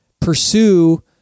pursue